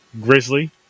Grizzly